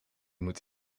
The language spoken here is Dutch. moet